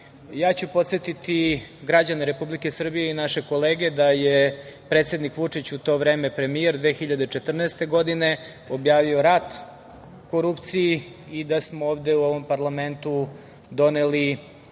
ću podsetiti građane Republike Srbije i naše kolege da je predsednik Vučić, u to vreme premijer 2014. godine, objavio rat korupciji i da smo ovde u ovom parlamentu doneli